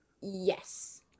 Yes